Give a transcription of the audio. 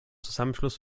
zusammenschluss